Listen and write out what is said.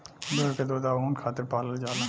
भेड़ के दूध आ ऊन खातिर पलाल जाला